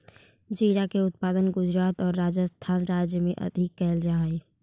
जीरा के उत्पादन गुजरात आउ राजस्थान राज्य में अधिक कैल जा हइ